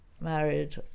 married